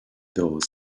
those